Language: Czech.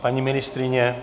Paní ministryně?